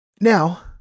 Now